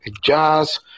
jazz